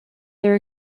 their